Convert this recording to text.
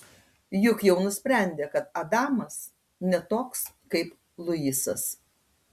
juk jau nusprendė kad adamas ne toks kaip luisas